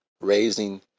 Raising